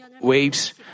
waves